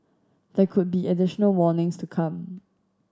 there could be additional warnings to come